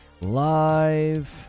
live